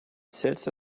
sits